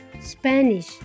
Spanish